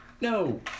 No